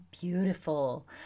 beautiful